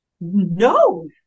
no